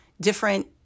different